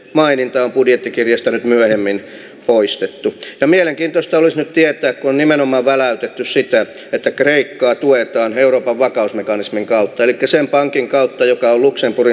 maininta budjettikirjasta myöhemmin poistettu yhtä mielenkiintoista osoitti että kun nimenomaan väläytetty sitä että kreikkaa tuetaan euroopan vakausmekanismin kautta nykyiseen pankin kautta joka luxemburgin